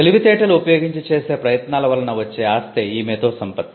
తెలివితేటలు ఉపయోగింఛి చేసే ప్రయత్నాల వలన వచ్చే ఆస్తే ఈ మేధోసంపత్తి